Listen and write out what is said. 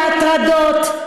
בהטרדות,